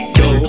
go